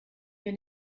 wir